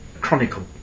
chronicle